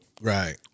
right